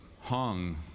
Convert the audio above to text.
hung